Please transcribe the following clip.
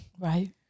Right